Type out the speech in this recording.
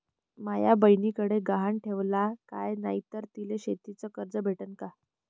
माया बयनीकडे गहान ठेवाला काय नाही तर तिले शेतीच कर्ज भेटन का?